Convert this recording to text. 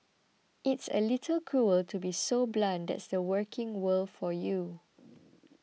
it's a little cruel to be so blunt that's the working world for you